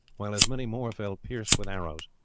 while as many more fell pierced with arrows.